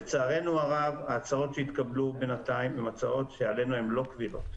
לצערנו הרב ההצעות שהתקבלו בינתיים לא קבילות עלינו,